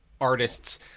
artists